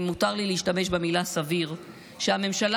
אם מותר לי להשתמש במילה "סביר" שהממשלה,